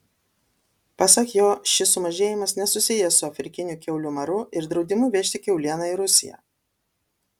pasak jo šis sumažėjimas nesusijęs su afrikiniu kiaulių maru ir draudimu vežti kiaulieną į rusiją